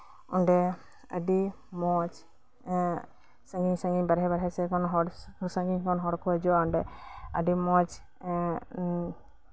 ᱚᱱᱰᱮ ᱟᱹᱰᱤ ᱢᱚᱸᱡ ᱥᱟᱹᱜᱤᱧ ᱥᱟᱹᱜᱤᱧ ᱵᱟᱦᱨᱮ ᱵᱟᱦᱨᱮ ᱥᱟᱹᱜᱤᱧ ᱥᱟᱹᱜᱤᱧ ᱠᱷᱚᱱ ᱦᱚᱲ ᱠᱚ ᱦᱤᱡᱩᱜᱼᱟ ᱚᱱᱰᱮ ᱟᱹᱰᱤ ᱢᱚᱸᱡ